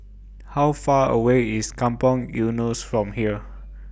How Far away IS Kampong Eunos from here